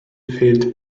fehlt